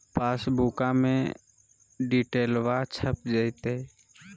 पासबुका में डिटेल्बा छप जयते?